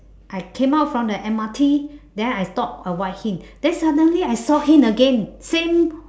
I came out from the M_R_T then I thought avoid him then suddenly I saw him again same